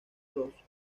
bros